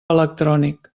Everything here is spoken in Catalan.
electrònic